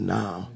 now